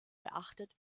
beachtet